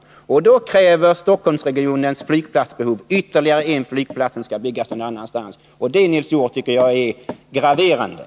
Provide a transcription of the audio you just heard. Då krävs för Stockholmsregionens flygplatsbehov ytterligare en flygplats som skall byggas någon annanstans.